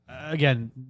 Again